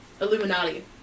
Illuminati